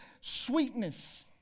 sweetness